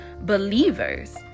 believers